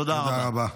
תודה רבה.